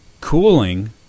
Cooling